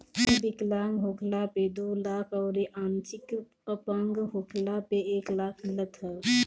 एमे विकलांग होखला पे दो लाख अउरी आंशिक अपंग होखला पे एक लाख मिलत ह